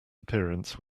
appearance